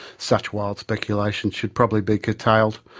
such wild speculation should probably be curtailed.